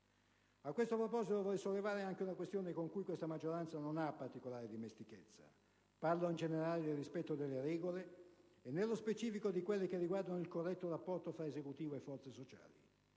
A questo proposito, vorrei sollevare anche una questione con cui questa maggioranza non ha particolare dimestichezza: parlo, in generale, del rispetto delle regole e, nello specifico, di quelle che riguardano il corretto rapporto fra Esecutivo e forze sociali.